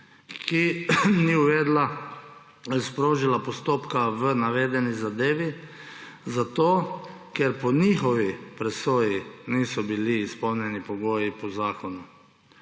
ki ni sprožila postopka v navedeni zadevi, zato ker po njihovi presoji niso bili izpolnjeni pogoji po zakonu.